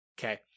Okay